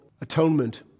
atonement